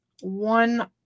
one